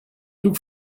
took